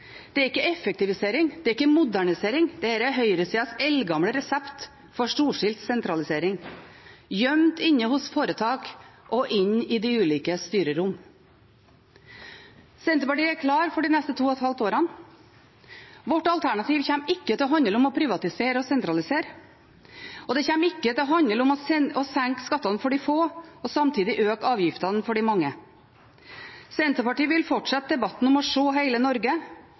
Dette er ikke effektivisering eller modernisering – dette er høyresidas eldgamle resept for storstilt sentralisering, gjemt inne hos foretak og i de ulike styrerom. Senterpartiet er klar for de neste 2,5 årene. Vårt alternativ kommer ikke til å handle om å privatisere og sentralisere. Det kommer ikke til å handle om å senke skattene for de få og samtidig øke avgiftene for de mange. Senterpartiet vil fortsette debatten om å se hele Norge,